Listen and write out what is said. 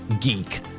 geek